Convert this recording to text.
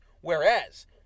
Whereas